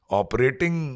operating